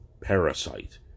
Parasite